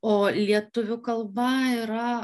o lietuvių kalba yra